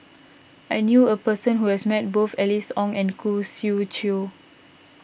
I knew a person who has met both Alice Ong and Khoo Swee Chiow